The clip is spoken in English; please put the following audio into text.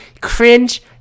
cringe